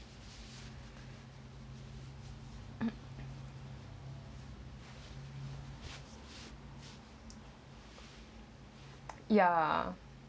ya